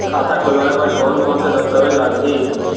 खाता खोलवाय बर कोन कोन से दस्तावेज लागही?